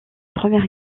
première